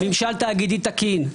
ממשל תאגידי תקין,